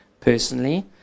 personally